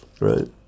right